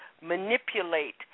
manipulate